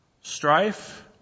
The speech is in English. strife